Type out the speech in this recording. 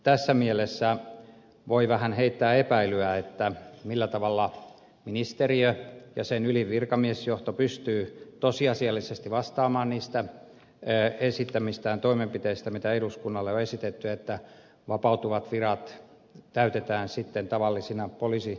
tässä mielessä voi vähän heittää epäilyä millä tavalla ministeriö ja sen ylin virkamiesjohto pystyy tosiasiallisesti vastaamaan niistä esittämistään toimenpiteistä mitä eduskunnalle on esitetty että vapautuvat virat täytetään sitten tavallisten poliisimiesten virkoina